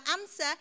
answer